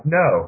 no